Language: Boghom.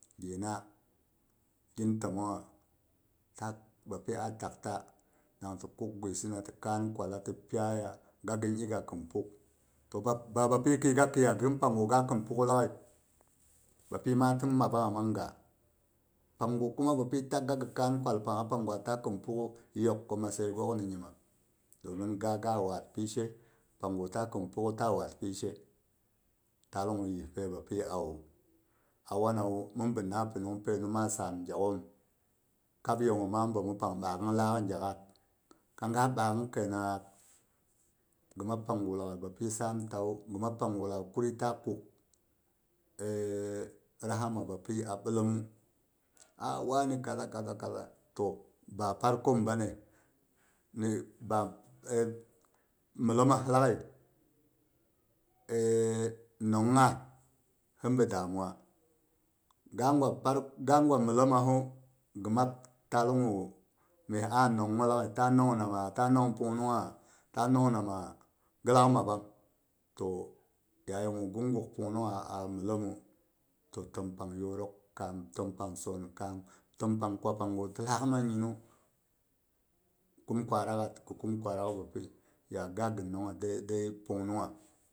Ge natin tommongha bapi a takta ti kuk guisi na ti kaan kwalla ti piyaya ga in ing'a whin puk, to ba bapi khi ga khiya ghin pangu ga khin pukhu laaghai, bapi ma tin mabbangha manga, pang gu kuma bapi takga ghi kaan kwal pangha pang gwa ta khin pukha yok ku matsayi gog ni nyimma domin ga ga wad pishe pang gu ta khin puk ta wad pishe. Taal gu yispai bapi awu. a wana wu mhin binna pinung painnu ma sam gyakhom. Kab ye gu ma bommu pang ɓaakn laak ni gyahas, kanga ɓaang kai naagh ghi mab pang gu laaghai bapi samlau, ghi mab panggu laaghai kuri ta kuk rahama bapi a ɓellimmu a wani kaza kaza kza to ba parkon bane ni ae mwimah laaghai eh nong ha hin bi damuwa ga gwa mhumahu ghi mab taal gu meh a nonghu laaghai ta nong nama ta nong pung nungha ghi lak mabbang to yayi gu ghim guk pungnungha a mhlemmu to tim pang yorok kam tim pang son kam tim pang kwa panggu ti lak manginnu, kum kwarakhat ghi kum kwarak bapi ya ga ghi nong əai əai pung nungha